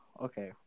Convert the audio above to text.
Okay